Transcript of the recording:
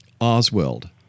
Oswald